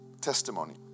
testimony